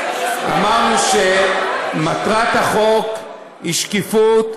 אמרנו שמטרת החוק היא שקיפות,